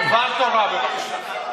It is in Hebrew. בבקשה,